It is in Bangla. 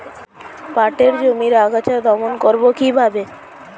পাটের জমির আগাছা দমন করবো কিভাবে?